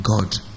God